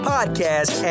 Podcast